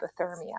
hypothermia